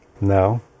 No